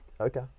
Okay